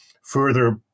further